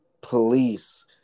police